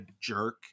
jerk